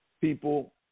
people